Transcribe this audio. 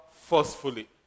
forcefully